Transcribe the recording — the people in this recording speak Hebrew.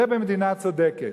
זה במדינה צודקת.